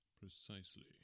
Precisely